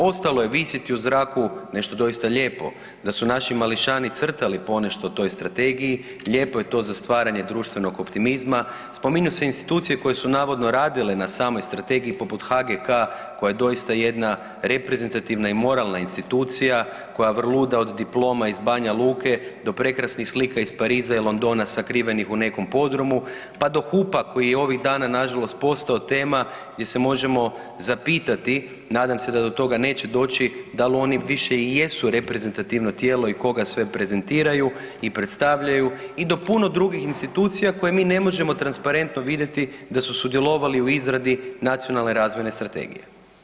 Ostalo je visiti u zraku nešto doista lijepo, da su naši mališani crtalo ponešto o toj Strategiji, lijepo je to za stvaranje društvenog optimizma, spominju se institucije koje su navodno radile na samoj Strategiji poput HGK-a koja je doista jedna reprezentativna i moralna institucija, koja vrluda od diploma iz Banja Luke do prekrasnih slika iz Pariza i Londona sakrivenih u nekom podrumu, pa do HUP-a koji je ovih dana na žalost postao tema gdje se možemo zapitati, nadam se da toga neće doći da li oni više i jesu reprezentativno tijelo i koga sve prezentiraju i predstavljaju i do puno drugih institucija koje mi ne možemo transparentno vidjeti da su sudjelovali u izradi Nacionalne razvojne strategije.